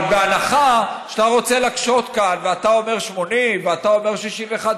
אבל בהנחה שאתה רוצה להקשות כאן ואתה אומר 80 ואתה אומר 61,